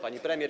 Pani Premier!